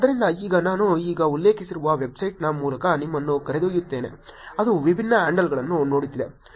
ಆದ್ದರಿಂದ ಈಗ ನಾನು ಈಗ ಉಲ್ಲೇಖಿಸಿರುವ ವೆಬ್ಸೈಟ್ನ ಮೂಲಕ ನಿಮ್ಮನ್ನು ಕರೆದೊಯ್ಯುತ್ತೇನೆ ಅದು ವಿಭಿನ್ನ ಹ್ಯಾಂಡಲ್ಗಳನ್ನು ನೋಡುತ್ತಿದೆ